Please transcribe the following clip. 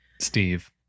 Steve